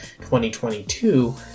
2022